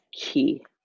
key